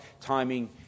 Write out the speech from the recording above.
timing